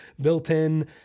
built-in